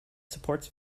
supports